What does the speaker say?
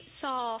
saw